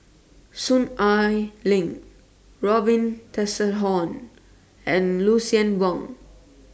Soon Ai Ling Robin Tessensohn and Lucien Wang